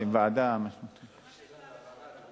מה שאתם רוצים.